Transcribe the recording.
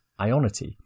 Ionity